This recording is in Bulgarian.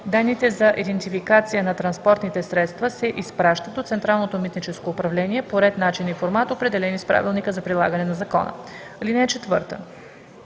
Данните за идентификация на транспортните средства се изпращат до Централното митническо управление по ред, начин и формат, определени с правилника за прилагане на закона. (4)